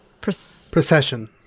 procession